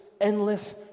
endless